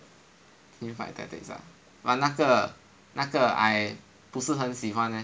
Te~ Teamfight Tactics ah but 那个 err 那个我不是很喜欢 leh